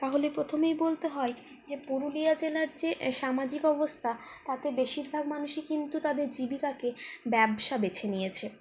তাহলে প্রথমেই বলতে হয় যে পুরুলিয়া জেলার যে সামাজিক অবস্থা তাতে বেশিরভাগ মানুষই কিন্তু তাদের জীবিকাকে ব্যবসা বেছে নিয়েছে